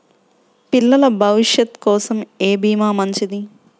పిల్లల భవిష్యత్ కోసం ఏ భీమా మంచిది?